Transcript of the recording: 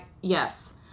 yes